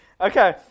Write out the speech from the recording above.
Okay